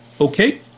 Okay